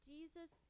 Jesus